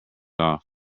off